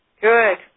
Good